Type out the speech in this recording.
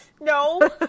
No